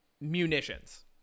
munitions